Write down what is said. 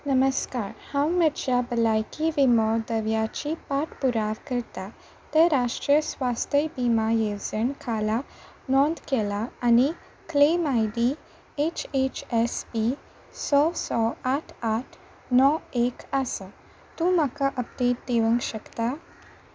नमस्कार हांव म्हज्या भलायकी विमो दव्याची पाठ पुराव करतां ते राष्ट्रीय स्वास्थ विमा येवजण खाला नोंद केला आनी claim I D H H S P स स आठ आठ णव एक आसा तूं म्हाका अपडेट दिवंक शकता